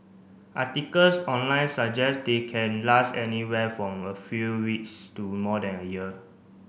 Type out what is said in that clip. articles online suggest they can last anywhere from a few weeks to more than a year